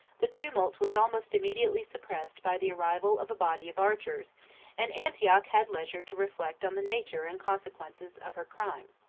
the tumult was almost immediately suppressed by the arrival of a body of archers and antioch had leisure to reflect on the nature and consequences of her crime.